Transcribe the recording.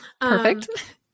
Perfect